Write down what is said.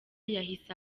yahise